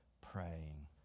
praying